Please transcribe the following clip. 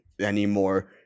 anymore